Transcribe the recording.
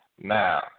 Now